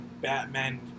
Batman